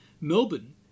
Melbourne